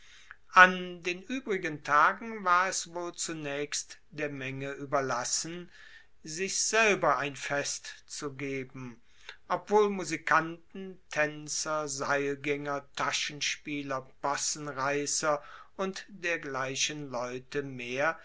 an den uebrigen tagen war es wohl zunaechst der menge ueberlassen sich selber ein fest zu geben obwohl musikanten taenzer seilgaenger taschenspieler possenreisser und dergleichen leute mehr